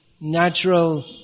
natural